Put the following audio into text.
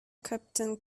captain